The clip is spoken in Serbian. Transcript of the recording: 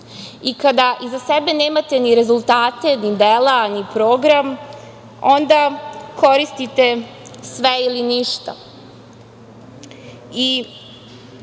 Kada iza sebe nemate ni rezultate, ni dela, ni program, onda koristite sve ili ništa,